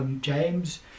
James